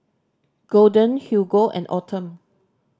Golden Hugo and Autumn